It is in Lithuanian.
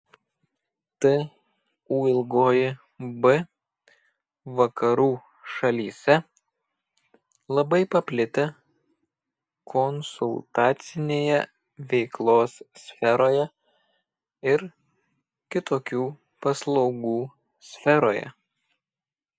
tūb vakarų šalyse labai paplitę konsultacinėje veiklos sferoje ir kitokių paslaugų sferoje